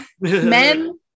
men